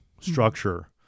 structure